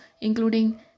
including